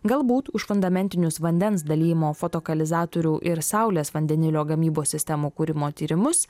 galbūt už fundamentinius vandens dalijimo fotokalizatorių ir saulės vandenilio gamybos sistemų kūrimo tyrimus